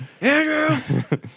Andrew